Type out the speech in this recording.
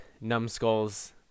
numbskulls